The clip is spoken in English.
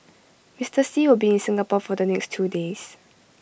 Mister Xi will be in Singapore for the next two days